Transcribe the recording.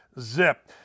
Zip